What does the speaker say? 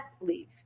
leave